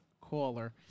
caller